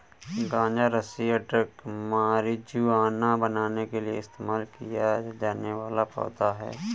गांजा रस्सी या ड्रग मारिजुआना बनाने के लिए इस्तेमाल किया जाने वाला पौधा है